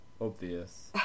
obvious